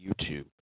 YouTube